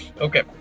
Okay